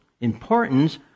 importance